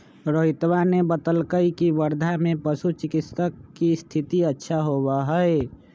रोहितवा ने बतल कई की वर्धा में पशु चिकित्सा के स्थिति अच्छा होबा हई